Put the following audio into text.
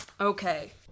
Okay